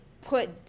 put